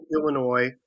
Illinois